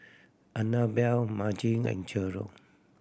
Annabell Maci and Jerrod